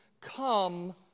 come